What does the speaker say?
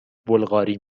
بلغاری